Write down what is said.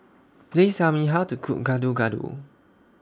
Please Tell Me How to Cook Gado Gado